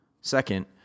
Second